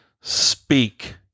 speak